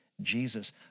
Jesus